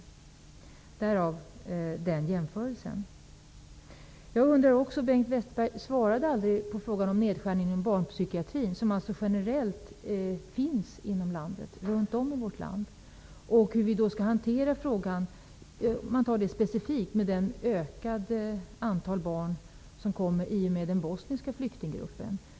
Därav jämförelsen. Bengt Westerberg svarade aldrig på frågan om nedskärningarna inom barnpsykiatrin generellt inom landet och på frågan hur vi skall hantera den specifika situationen med ett ökat antal barn i den bosniska flyktinggruppen.